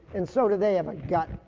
and so do they have a gut,